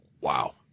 Wow